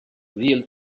real